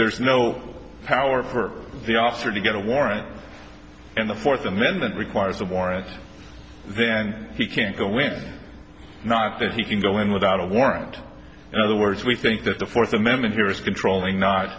there's no power for the officer to get a warrant and the fourth amendment requires a warrant then he can't go with not that he can go in without a warrant the words we think that the fourth amendment here is controlling not